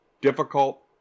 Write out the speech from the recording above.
difficult